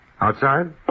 Outside